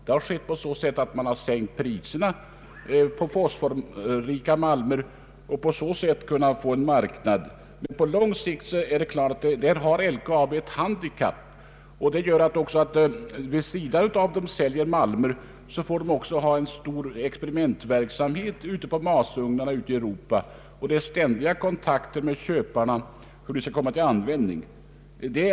Man har måst sänka priset på den fosforrika malmen för att säkra en viss marknad. På lång sikt har LKAB dock ett handikapp på grund av att malmen innehåller fosfor. Företaget måste nu vid sidan av själva malmförsäljningen bedriva en omfattande experimentverksamhet vid masugnarna ute i Europa. Man har ständiga kontakter med köparna om hur malmerna bäst skall kunna användas.